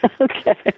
Okay